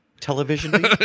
television